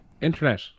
internet